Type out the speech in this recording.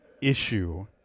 issue